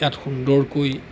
ইয়াত সুন্দৰকৈ